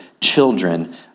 children